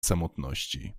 samotności